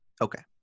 Okay